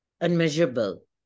unmeasurable